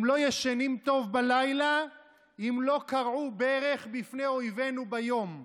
הם לא ישנים טוב בלילה אם לא כרעו ברך בפני אויבינו ביום.